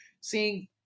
seeing